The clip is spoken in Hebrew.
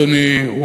אדוני,